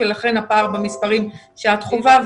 ולכן הפער במספרים שאת חווה,